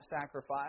sacrifice